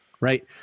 Right